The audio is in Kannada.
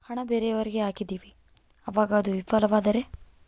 ಹಣ ಬೇರೆಯವರಿಗೆ ಹಾಕಿದಿವಿ ಅವಾಗ ಅದು ವಿಫಲವಾದರೆ?